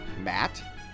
Matt